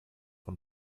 von